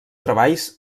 treballs